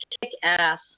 kick-ass